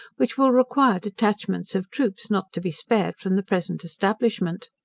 which will require detachments of troops not to be spared from the present establishment.